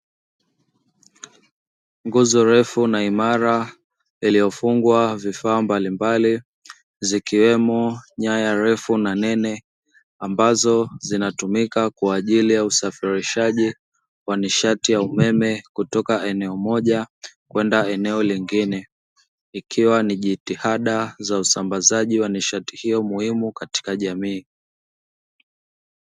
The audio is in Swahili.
Nguzo refu na imara iliyofungwa vifaa mbali mbali zikiwemo nyaya refu na nene, ambazo zinatumika kwa ajili ya usafirishaji wa nishati ya umeme, kutoka eneo moja kwenda eneo lingine, ikiwa ni jitihada za usambazaji wa nishati hiyo muhimu katika jamii.